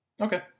Okay